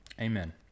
amen